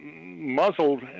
muzzled